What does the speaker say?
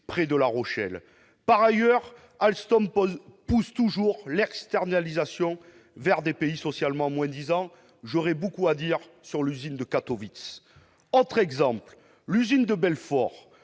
près de La Rochelle. Par ailleurs, Alstom pousse toujours l'externalisation vers des pays socialement moins-disants- j'aurais beaucoup à dire sur l'usine de Katowice. Autre exemple : l'usine de Belfort.